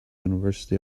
university